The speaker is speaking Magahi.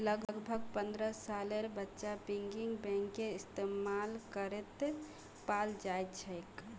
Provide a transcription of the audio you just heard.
लगभग पन्द्रह सालेर बच्चा पिग्गी बैंकेर इस्तेमाल करते पाल जाछेक